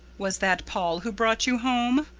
was that paul who brought you home?